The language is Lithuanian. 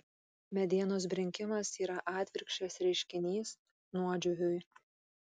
medienos brinkimas yra atvirkščias reiškinys nuodžiūviui